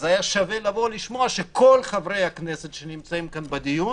אז היה שווה לבוא ולשמוע שכל חברי הכנסת שנמצאים כאן בדיון